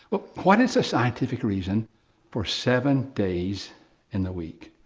well, what is a scientific reason for seven days in the week?